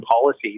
policies